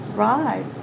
Right